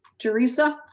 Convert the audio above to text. teresa.